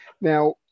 Now